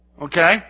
okay